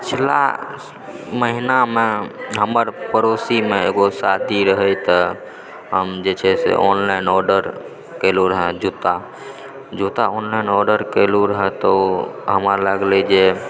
पिछला महीनामे हमर पड़ोसीमे एगो शादी रहए तऽ हम जे छै से ऑनलाइन ओर्डर केलहहुँ रहऽ जूता जूता ऑनलाइन ओर्डर केलहहुँ रहऽ त ओ हमरा लागलय जे